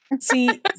See